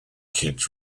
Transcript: kit